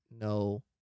no